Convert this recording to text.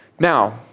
Now